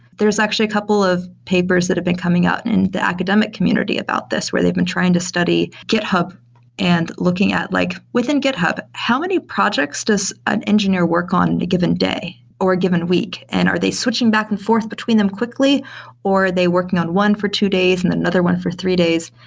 actually a couple of papers that have been coming out in in the academic community about this where they've been trying to study github and looking at like, within github, how many projects does an engineer work on a given day or a given week, and are they switching back and forth between them quickly or are they working on one for two days and another one for three days?